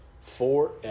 forever